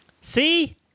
See